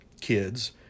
kids